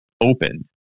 opened